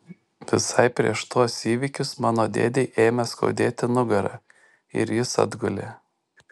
visai prieš tuos įvykius mano dėdei ėmė skaudėti nugarą ir jis atgulė